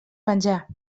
penjar